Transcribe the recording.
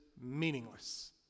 meaningless